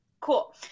Cool